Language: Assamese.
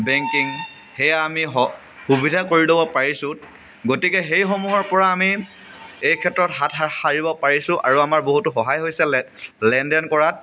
বেংকিং সেয়া আমি স সুবিধা কৰি ল'ব পাৰিছোঁ গতিকে সেইসমূহৰ পৰা আমি এই ক্ষেত্ৰত হাত সাৰিব পাৰিছোঁ আৰু আমাৰ বহুতো সহায় হৈছে লেনদেন কৰাত